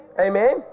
Amen